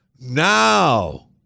now